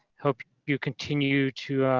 hope you continue to